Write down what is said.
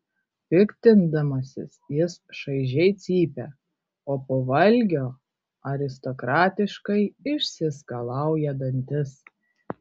piktindamasis jis šaižiai cypia o po valgio aristokratiškai išsiskalauja dantis